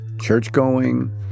Church-going